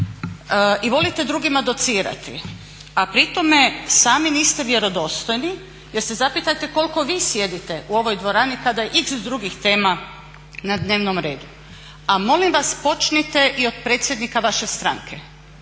i volite drugima docirati, a pri tome sami niste vjerodostojni jer se zapitajte koliko vi sjedite u ovoj dvorani kada je x drugih tema na dnevnom redu. A molim vas počnite i od predsjednika vaše stranke,